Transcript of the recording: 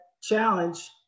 challenge